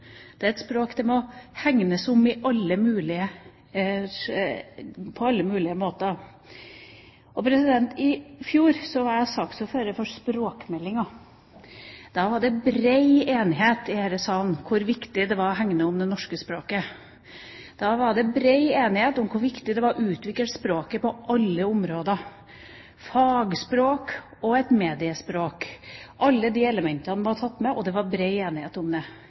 Det er et språk det må hegnes om på alle mulige måter. I fjor var jeg saksordfører for språkmeldingen. Da var det bred enighet i denne salen om hvor viktig det var å hegne om det norske språket. Da var det bred enighet om hvor viktig det var å utvikle språket på alle områder – fagspråk og mediespråk. Alle de elementene var tatt med, og det var bred enighet om det.